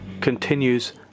continues